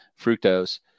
fructose